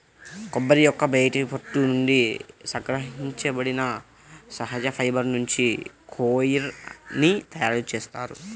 కొబ్బరి యొక్క బయటి పొట్టు నుండి సంగ్రహించబడిన సహజ ఫైబర్ నుంచి కోయిర్ ని తయారు చేస్తారు